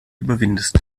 überwindest